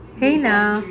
!hey! now